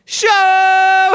show